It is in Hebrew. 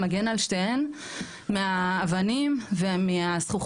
מגן על שתיהן מהאבנים ומהזכוכיות.